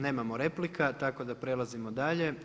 Nemamo replika tako da prelazimo dalje.